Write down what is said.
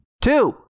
two